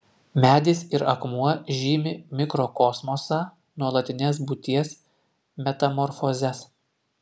medis ir akmuo žymi mikrokosmosą nuolatines būties metamorfozes